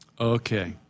Okay